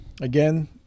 Again